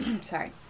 Sorry